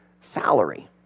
salary